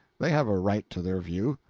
they have a right to their view.